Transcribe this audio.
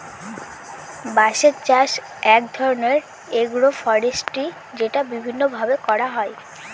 বাঁশের চাষ এক ধরনের এগ্রো ফরেষ্ট্রী যেটা বিভিন্ন ভাবে করা হয়